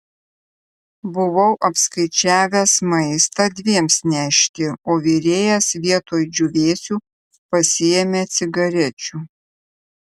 buvau apskaičiavęs maistą dviems nešti o virėjas vietoj džiūvėsių pasiėmė cigarečių